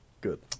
Good